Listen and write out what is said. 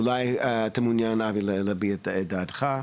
אולי אתה מעוניין אבי להביע את דעתך?